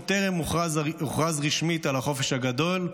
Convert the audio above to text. עוד טרם הוכרז רשמית על החופש הגדול.